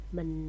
Mình